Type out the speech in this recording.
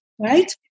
right